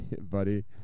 Buddy